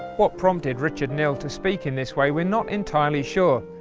what prompted richard knill to speak in this way we're not entirely sure,